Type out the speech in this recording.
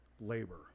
labor